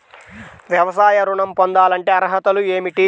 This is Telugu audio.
వ్యవసాయ ఋణం పొందాలంటే అర్హతలు ఏమిటి?